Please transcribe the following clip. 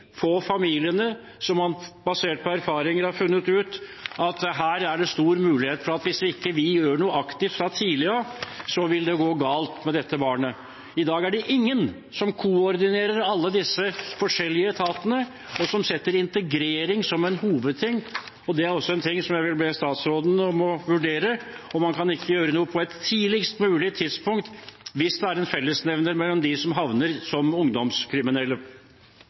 få familiene der man, basert på erfaringer, har funnet ut at det er stor mulighet for at det vil gå galt med dette barnet hvis vi ikke gjør noe aktivt fra tidlig av. I dag er det ingen som koordinerer alle disse forskjellige etatene, og som har integrering som en hovedsak. Og det er også en ting jeg vil be statsråden om å vurdere, om han ikke kan gjøre noe, på et tidligst mulig tidspunkt, hvis det er en fellesnevner blant dem som ender som ungdomskriminelle.